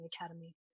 Academy